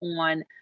on